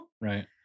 Right